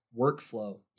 workflow